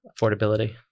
affordability